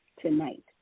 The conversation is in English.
tonight